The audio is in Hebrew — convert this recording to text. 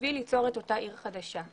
כדי ליצור את אותה עיר חדשה.